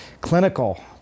clinical